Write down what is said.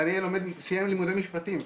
דניאל סיים לימודי משפטים.